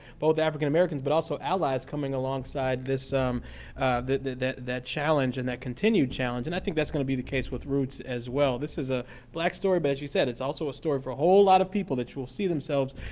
both african americans but also allies coming alongside this um that challenge and that continued challenge. and i think that's going to be the case with roots as well. this is a black story, but as you said, it's also a story for a whole lot of people that you will see themselves.